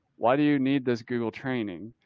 why do you need this google training?